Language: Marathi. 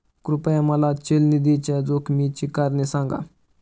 कृपया मला चल निधीच्या जोखमीची कारणे सांगा